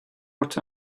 what